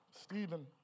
Stephen